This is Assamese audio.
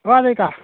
অঁ হাজৰিকা